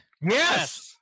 Yes